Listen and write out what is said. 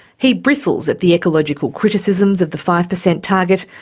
he bristles at the ecological criticisms of the five per cent target,